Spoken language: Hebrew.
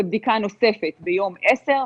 ובדיקה נוספת ביום 10,